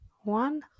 one